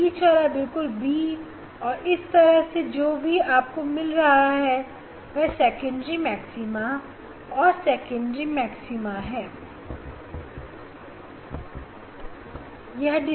यह बीच वाला बिल्कुल b है और इस तरह जो भी आपको मिल रहा है वह सेकेंडरी मैक्सिमा है और सेकेंडरी मैक्सिमा या सेंट्रल मैक्सिमा के पास आपको कोई रोशनी नहीं मिल रही